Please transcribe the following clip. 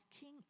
King